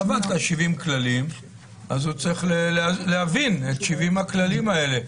קבעת 70 כללים אז הוא צריך להבין את 70 הכללים האלה.